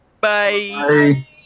Bye